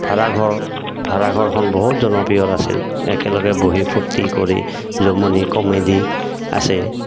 ভাড়াঘৰ ভাড়াঘৰখন বহুত জনপ্ৰিয় আছিল একেলগে বহি ফূৰ্তি কৰি জমনি কমেডি আছে